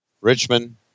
Richmond